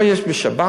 או יש שב"ן,